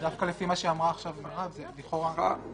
דווקא לפי מה שאמרה עכשיו מירב זה לכאורה --- אבל